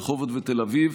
רחובות ותל אביב,